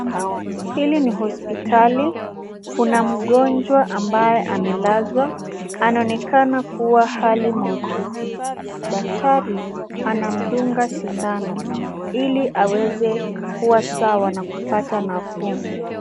Hili ni hospitali. Kuna mgonjwa ambaye amelazwa. Anaonekana kuwa hali mahututi. Daktari anamdunga sindano ili aweze kuwa sawa na kupata nafuu.